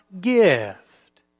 gift